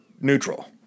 neutral